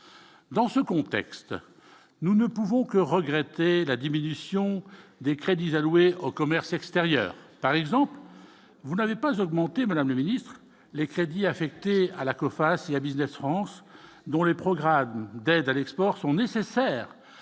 dans ce contexte, nous ne pouvons que regretter la diminution des crédits alloués au commerce extérieur, par exemple, vous n'avez pas augmenté Madame le Ministre, les crédits affectés à la Coface, la Business France dont les programmes d'aide à l'export sont nécessaires